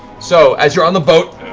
so, as you're on the boat,